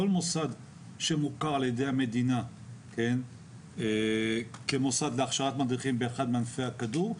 כל מוסד שמוכר על ידי המדינה כמוסד להכשרת מדריכים באחד מענפי הכדור,